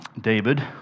David